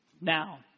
Now